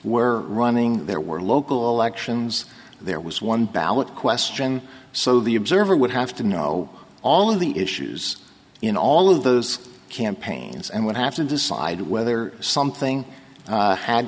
were running there were local elections there was one ballot question so the observer would have to know all of the issues in all of those campaigns and would have to decide whether something